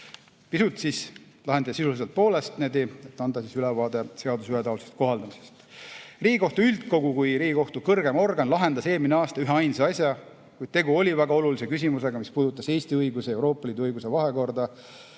Pisut lahendite sisulisest poolest, et anda ülevaade seaduste ühetaolisest kohaldamisest. Riigikohtu üldkogu kui Riigikohtu kõrgeim organ lahendas eelmine aasta üheainsa asja, kuid tegu oli väga olulise küsimusega, mis puudutas Eesti õiguse ja Euroopa Liidu õiguse vahekorda